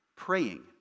Praying